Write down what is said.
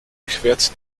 quert